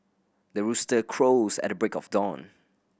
the rooster crows at the break of dawn